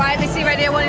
abc radio,